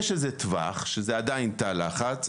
יש איזה טווח שזה עדיין תא לחץ,